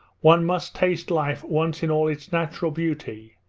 one must taste life once in all its natural beauty,